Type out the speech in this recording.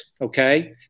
okay